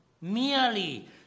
merely